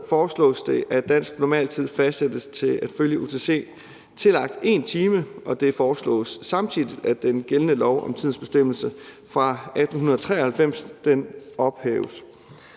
foreslås det, at dansk normaltid fastsættes til at følge UTC tillagt 1 time, og det foreslås samtidig, at den gældende lov om tidens bestemmelse fra 1893 ophæves.